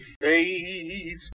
face